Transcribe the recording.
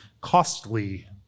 costly